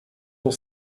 will